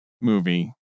movie